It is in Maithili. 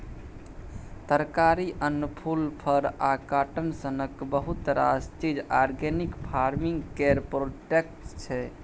तरकारी, अन्न, फुल, फर आ काँटन सनक बहुत रास चीज आर्गेनिक फार्मिंग केर प्रोडक्ट छै